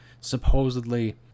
supposedly